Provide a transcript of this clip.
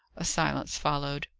a silence followed.